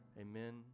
Amen